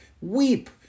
weep